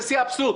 זה שיא האבסורד.